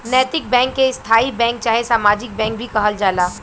नैतिक बैंक के स्थायी बैंक चाहे सामाजिक बैंक भी कहल जाला